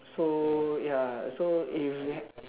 so ya so if that